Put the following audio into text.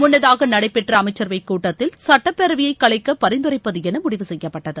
முன்னதாக நடைபெற்ற அமைச்சரவைக் கூட்டத்தில் சட்டப்பேரவையைக் கலைக்க பரிந்துரைப்பது என முடிவு செய்யப்பட்டது